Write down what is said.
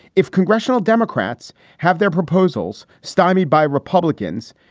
if congressional democrats have their proposals stymied by republicans,